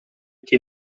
che